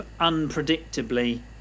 unpredictably